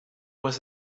was